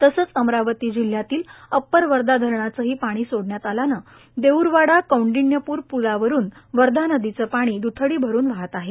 तसेच अमरावती जिल्ह्यातील अप्पर वर्धा धरणाचेही पाणी सोडण्यात आल्याने देऊरवाडा कौंडण्यपूर प्लावरून वर्धा नदीचे पाणी द्थडी भरून वाहत आहे